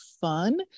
fun